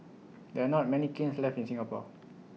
there are not many kilns left in Singapore